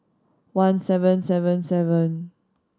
one seven seven seven